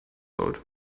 old